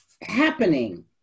happening